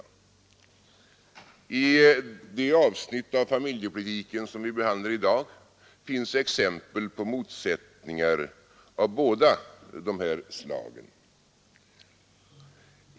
I det avsnitt av familjepolitiken som vi behandlar i dag finns exempel 23 på motsättningar av båda de här slagen.